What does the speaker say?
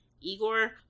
Igor